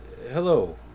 Hello